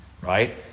right